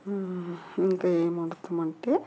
ఇంకా ఏం వండుతాం అంటే